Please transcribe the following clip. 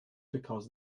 because